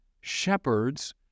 shepherds